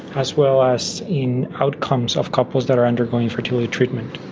as well as in outcomes of couples that are undergoing fertility treatment.